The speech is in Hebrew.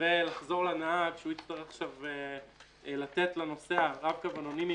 ולחזור לנהג שהוא הצטרך עכשיו לתת לנוסע רב קו אנונימי